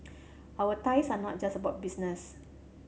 our ties are not just about business